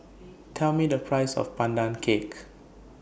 Tell Me The Price of Pandan Cake